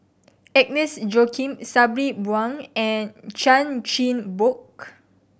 Agnes Joaquim Sabri Buang and Chan Chin Bock